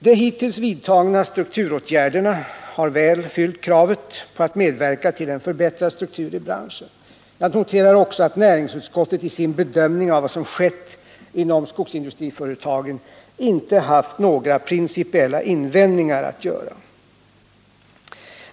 De hittills vidtagna strukturåtgärderna har väl fyllt kravet på att medverka tillen förbättrad struktur i branschen. Jag noterar också att näringsutskottet i sin bedömning av vad som skett inom skogsindustriföretagen inte haft några principiella invändningar att göra.